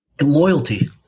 Loyalty